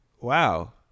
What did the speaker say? Wow